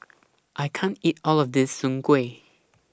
I can't eat All of This Soon Kway